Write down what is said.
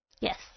Yes